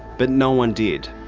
but no one did.